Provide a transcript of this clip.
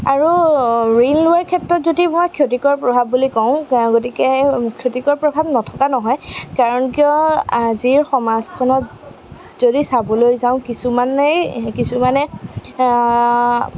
আৰু ঋণ লোৱাৰ ক্ষেত্ৰত যদি মই ক্ষতিকৰ প্ৰভাৱ বুলি কওঁ গতিকে ক্ষতিকৰ প্ৰভাৱ নথকা নহয় কাৰণ কিয় আজিৰ সমাজখনত যদি চাবলৈ যাওঁ কিছুমানেই কিছুমানে